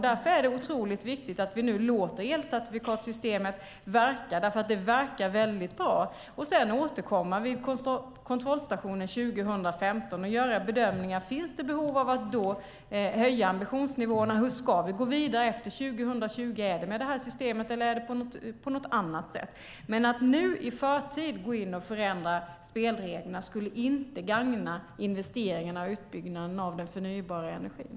Därför är det otroligt viktigt att vi nu låter elcertifikatssystemet verka, därför att det verkar mycket bra, och sedan återkomma vid kontrollstationen 2015 och göra bedömningar. Finns det behov av att då höja ambitionsnivåerna? Hur ska vi gå vidare efter 2020? Är det med detta system, eller är det på något annat sätt? Men att nu i förtid gå in och förändra spelreglerna skulle inte gagna investeringarna och utbyggnaden av den förnybara energin.